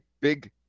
big